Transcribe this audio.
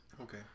Okay